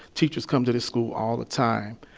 teachers come to this school all the time.